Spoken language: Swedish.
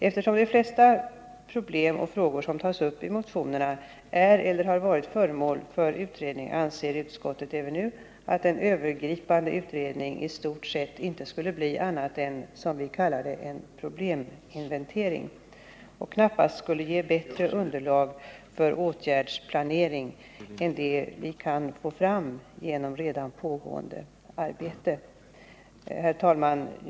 Eftersom de flesta problem och frågor som tagits upp i motionerna är eller har varit föremål för utredning anser utskottet även nu att en övergripande utredning i stort sett inte skulle bli annat än, som vi kallar det, en probleminventering och knappast skulle ge bättre underlag för åtgärdsplanering än vad vi kan få fram genom pågående arbete. Herr talman!